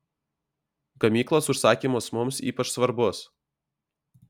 gamyklos užsakymas mums ypač svarbus